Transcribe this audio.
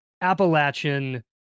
Appalachian